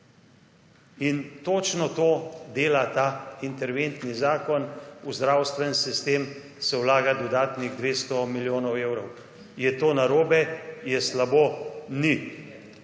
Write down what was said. In točno to dela ta interventni zakon, v zdravstveni sistem se vlaga dodatnih 200 milijonov evrov. Je to narobe, je slabo? Ni.